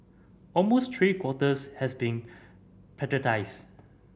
almost three quarters has been